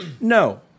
No